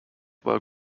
were